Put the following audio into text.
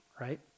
right